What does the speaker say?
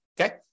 okay